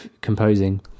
composing